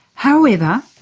however,